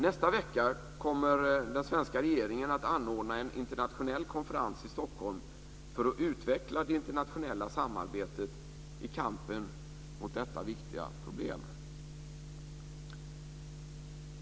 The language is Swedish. Nästa vecka kommer den svenska regeringen att anordna en internationell konferens i Stockholm för att utveckla det internationella samarbetet i kampen mot detta viktiga problem.